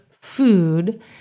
food